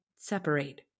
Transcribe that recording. separate